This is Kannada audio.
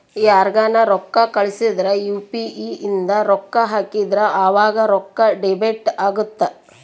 ಯಾರ್ಗನ ರೊಕ್ಕ ಕಳ್ಸಿದ್ರ ಯು.ಪಿ.ಇ ಇಂದ ರೊಕ್ಕ ಹಾಕಿದ್ರ ಆವಾಗ ರೊಕ್ಕ ಡೆಬಿಟ್ ಅಗುತ್ತ